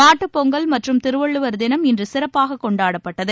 மாட்டுப் பொங்கல் மற்றும் திருவள்ளுவர் தினம் இன்று சிறப்பாக கொண்டாடப்பட்டது